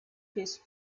his